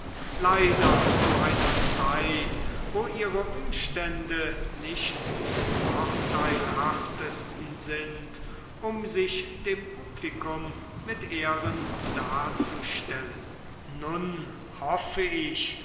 leider zu einer zeit wo ihre umstände nicht die vorteilhaftesten sind um sich dem publikum mit ehren darzustellen nun hoffe ich